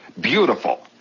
beautiful